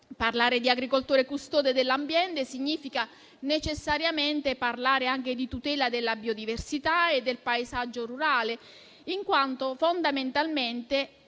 Parlare di agricoltore custode dell'ambiente significa necessariamente parlare anche di tutela della biodiversità e del paesaggio rurale, in quanto fondamentalmente